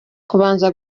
kubanza